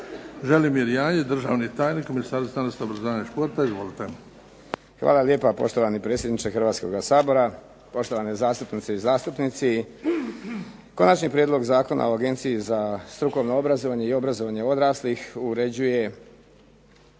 Želimir Janjić, državni tajnik u Ministarstvu znanosti, obrazovanja i športa. Izvolite. **Janjić, Želimir (HSLS)** Hvala lijepa. Poštovani predsjedniče Hrvatskoga sabora, poštovane zastupnice i zastupnici. Konačni prijedlog Zakona o Agenciji za strukovno obrazovanje i obrazovanje odraslih uređuje